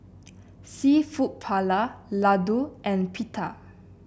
seafood Paella Ladoo and Pita